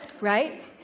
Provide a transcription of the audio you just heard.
Right